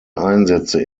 einsätze